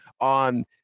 on